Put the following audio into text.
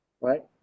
right